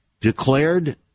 declared